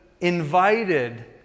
invited